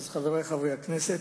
אז חברי חברי הכנסת,